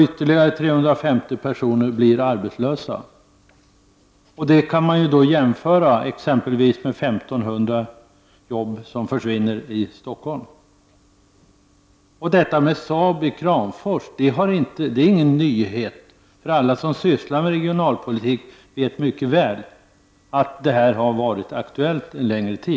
Ytterligare 350 personer blir då arbetslösa, vilket kan jämföras med att 1 500 jobb i Stockholm försvinner. Detta med Saab i Kramfors är ingen nyhet. Alla som sysslar med regionalpolitik vet ju mycket väl att det här har varit aktuellt under en längre tid.